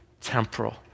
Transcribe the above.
temporal